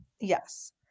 Yes